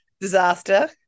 disaster